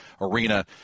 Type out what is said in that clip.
Arena